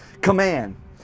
command